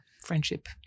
friendship